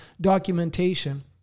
documentation